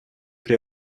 при